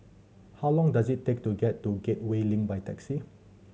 how long does it take to get to Gateway Link by taxi